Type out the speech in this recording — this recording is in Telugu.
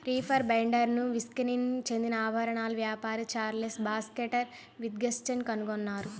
రీపర్ బైండర్ను విస్కాన్సిన్ చెందిన ఆభరణాల వ్యాపారి చార్లెస్ బాక్స్టర్ విథింగ్టన్ కనుగొన్నారు